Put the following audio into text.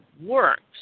works